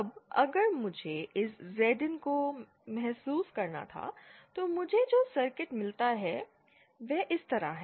अब अगर मुझे इस Zin को महसूस करना था तो मुझे जो सर्किट मिलता है वह इस तरह है